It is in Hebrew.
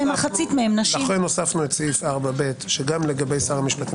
לכן הוספנו את סעיף 4(ב) כך ששר המשפטים